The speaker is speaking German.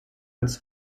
als